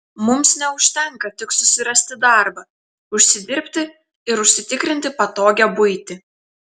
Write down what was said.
mums neužtenka tik susirasti darbą užsidirbti ir užsitikrinti patogią buitį